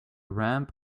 ramp